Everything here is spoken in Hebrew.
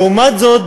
לעומת זאת,